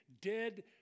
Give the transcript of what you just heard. dead